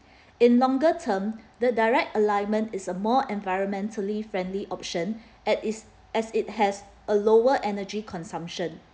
in longer term the direct alignment is a more environmentally friendly option at its as it has a lower energy consumption